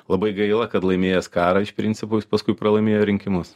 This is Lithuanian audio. labai gaila kad laimėjęs karą iš principo jis paskui pralaimėjo rinkimus